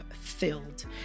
filled